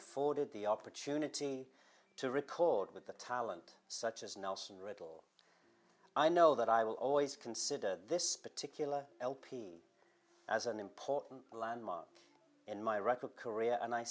afforded the opportunity to record with a talent such as nelson riddle i know that i will always consider this particular lp as an important landmark in my record korea and i